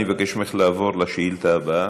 אני מבקש ממך לעבור לשאילתה הבאה,